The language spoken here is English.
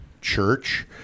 church